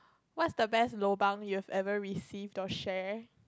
what's the best lobang you've ever received or share